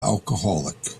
alcoholic